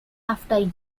after